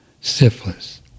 syphilis